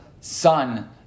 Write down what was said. son